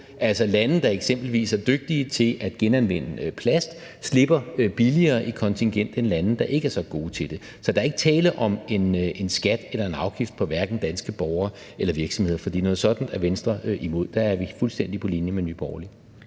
altså lande, der eksempelvis er dygtige til at genanvende plast, slipper billigere i kontingent end lande, der ikke er så gode til. Så der er ikke tale om en skat eller en afgift på danske borgere eller virksomheden, fordi noget sådant er Venstre imod; der er vi fuldstændig på linje med Nye Borgerlige.